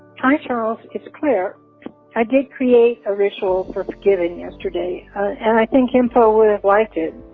hi, charles. it's clear i did create a racial for forgiving yesterday, and i think kimpo would have liked it.